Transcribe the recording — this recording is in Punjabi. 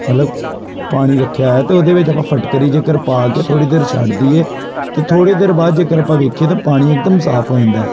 ਮਤਲਬ ਪਾਣੀ ਰੱਖਿਆ ਹੈ ਅਤੇ ਉਹਦੇ ਵਿੱਚ ਆਪਾਂ ਫਟਕਰੀ ਜੇਕਰ ਪਾ ਕੇ ਥੋੜ੍ਹੀ ਦੇਰ ਛੱਡ ਦੇਈਏ ਅਤੇ ਥੋੜ੍ਹੇ ਦੇਰ ਬਾਅਦ ਜੇਕਰ ਆਪਾਂ ਵੇਖੀਏ ਤਾਂ ਪਾਣੀ ਇੱਕਦਮ ਸਾਫ਼ ਹੋ ਜਾਂਦਾ